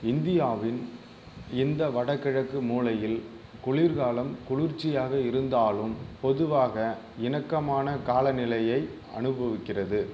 இந்தியாவின் இந்த வடகிழக்கு மூலையில் குளிர்காலம் குளிர்ச்சியாக இருந்தாலும் பொதுவாக இணக்கமான காலநிலையை அனுபவிக்கிறது